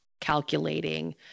calculating